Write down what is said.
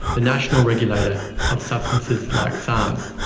the national regulator of substances like sarms.